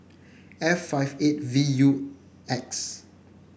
F five eight V U X